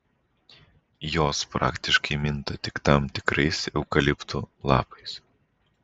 jos praktiškai minta tik tam tikrais eukaliptų lapais